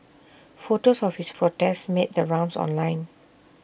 photos of his protest made the rounds online